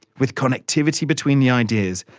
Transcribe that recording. with connectivity between the ideas,